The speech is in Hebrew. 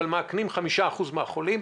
אבל מאכנים כ-5% מהחולים.